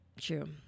True